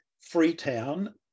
Freetown